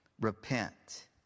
Repent